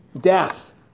death